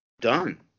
done